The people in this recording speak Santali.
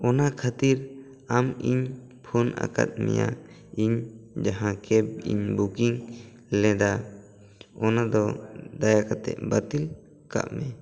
ᱚᱱᱟ ᱠᱷᱟᱹᱛᱤᱨ ᱟᱢ ᱤᱧ ᱯᱷᱳᱱ ᱟᱠᱟᱫ ᱢᱮᱭᱟ ᱤᱧ ᱡᱟᱦᱟ ᱠᱮᱯᱷ ᱤᱧ ᱵᱩᱠᱤᱝ ᱞᱮᱫᱟ ᱚᱱᱟ ᱫᱚ ᱫᱟᱭᱟ ᱠᱟᱛᱮ ᱵᱟᱹᱛᱤᱞ ᱠᱟᱜ ᱢᱮ